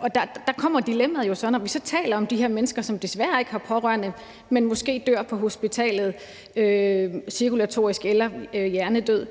og der kommer dilemmaet jo så. Når vi så taler om de her mennesker, som desværre ikke har pårørende, men måske dør på hospitalet – det kan være cirkulatorisk død eller hjernedød